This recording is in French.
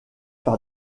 par